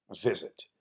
visit